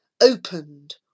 opened